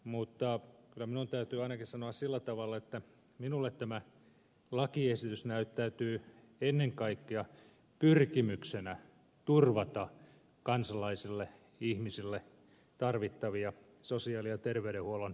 mutta kyllä minun täytyy ainakin sanoa sillä tavalla että minulle tämä lakiesitys näyttäytyy ennen kaikkea pyrkimyksenä turvata kansalaisille ihmisille tarvittavia sosiaali ja terveydenhuollon palveluita